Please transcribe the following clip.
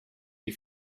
die